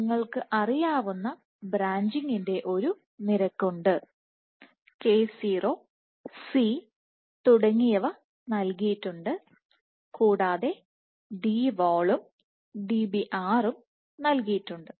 നിങ്ങൾക്ക് അറിയാവുന്ന ബ്രാഞ്ചിങിന്റെ ഒരു നിരക്ക് ഉണ്ട് k0 C തുടങ്ങിയവ നൽകിയിട്ടുണ്ട് കൂടാതെ Dwall ഉം Dbr ഉം നൽകിയിട്ടുണ്ട്